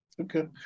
okay